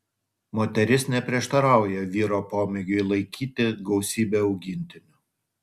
moteris neprieštarauja vyro pomėgiui laikyti gausybę augintinių